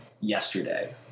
yesterday